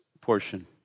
portion